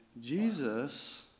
Jesus